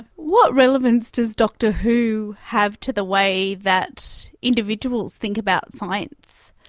what relevance does doctor who have to the way that individuals think about science?